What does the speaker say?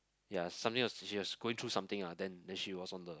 ya something was she was going through something lah then then she was on the